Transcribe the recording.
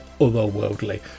otherworldly